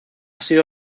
sido